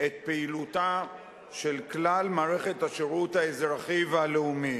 את פעילותה של כלל מערכת השירות האזרחי והלאומי.